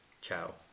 Ciao